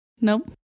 Nope